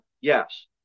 Yes